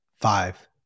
five